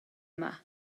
yma